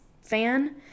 fan